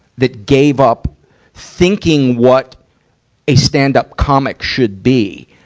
that gave up thinking what a stand-up comic should be.